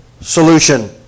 solution